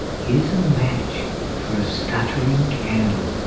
here's a match for a stuttering candle.